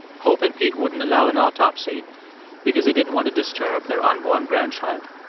hope and pete wouldn't allow an autopsy because they didn't want to disturb their unborn grandchild.